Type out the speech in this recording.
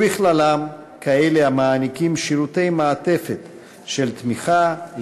ובכללם כאלה המעניקים שירותי מעטפת של תמיכה,